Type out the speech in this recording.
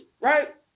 right